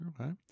Okay